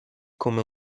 come